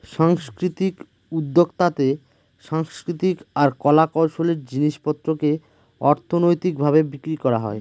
সাংস্কৃতিক উদ্যক্তাতে সাংস্কৃতিক আর কলা কৌশলের জিনিস পত্রকে অর্থনৈতিক ভাবে বিক্রি করা হয়